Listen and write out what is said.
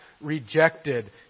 rejected